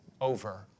over